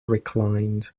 reclined